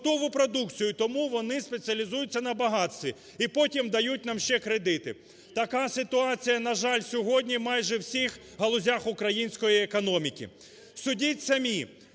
готову продукцію, тому вони спеціалізуються на багатстві, і потім дають нам ще кредити. Така ситуація, на жаль, сьогодні майже у всіх галузях української економіки. Судіть самі.